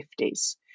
1950s